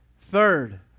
Third